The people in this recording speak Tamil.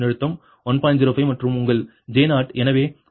05 மற்றும் உங்கள் j 0